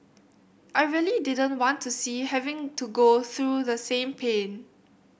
I really didn't want to see having to go through the same pain